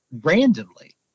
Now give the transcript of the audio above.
randomly